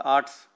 Arts